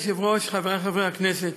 גברתי היושבת-ראש, חברי חברי הכנסת,